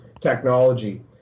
technology